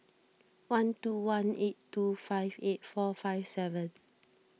one two one eight two five eight four five seven